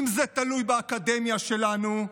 אם זה תלוי באקדמיה שלנו,